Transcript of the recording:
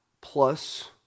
plus